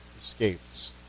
escapes